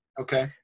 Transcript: Okay